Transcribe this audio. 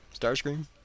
Starscream